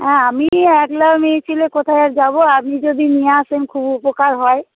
হ্যাঁ আমি একলা মেয়েছেলে কোথায় যাবো আপনি যদি নিয়ে আসেন খুব উপকার হয়